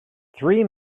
three